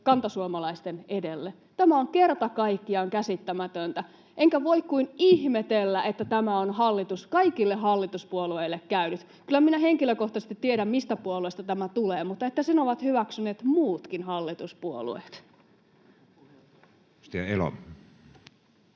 kantasuomalaisten edelle. Tämä on kerta kaikkiaan käsittämätöntä. Enkä voi kuin ihmetellä, että tämä on kaikille hallituspuolueille käynyt. Kyllä minä henkilökohtaisesti tiedän, mistä puolueesta tämä tulee, mutta että sen ovat hyväksyneet muutkin hallituspuolueet.